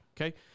Okay